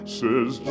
says